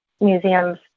museums